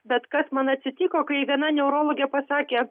bet kas man atsitiko kai viena neurologė pasakė